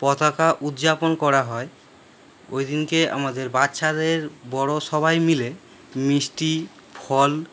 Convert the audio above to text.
পতাকা উদযাপন করা হয় ওই দিনকে আমাদের বাচ্চাদের বড় সবাই মিলে মিষ্টি ফল